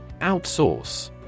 Outsource